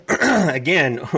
again